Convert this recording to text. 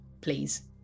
please